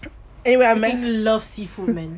freaking love seafood man